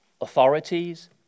Authorities